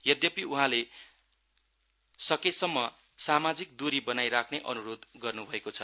यद्यपि उहाँले सकेसम्म सामाजिक द्री बनाईराख्ने अन्रोध गर्न् भएको छ